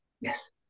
yes